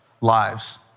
lives